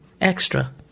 extra